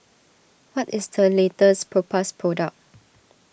what is the latest Propass product